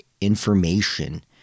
information